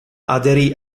aderì